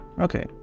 Okay